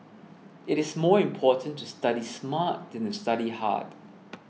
it is more important to study smart than to study hard